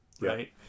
right